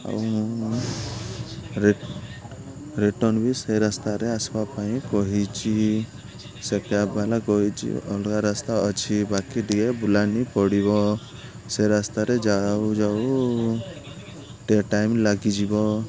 ଆଉ ମୁଁ ରିଟର୍ଣ୍ଣ ବି ସେ ରାସ୍ତାରେ ଆସିବା ପାଇଁ କହିଛି ସେ କ୍ୟାବ୍ ବାଲା କହିଛି ଅଲଗା ରାସ୍ତା ଅଛି ବାକି ଟିକେ ବୁଲାଣି ପଡ଼ିବ ସେ ରାସ୍ତାରେ ଯାଉ ଯାଉ ଟିକେ ଟାଇମ୍ ଲାଗିଯିବ